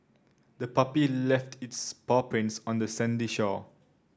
the puppy left its paw prints on the sandy shore